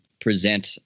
present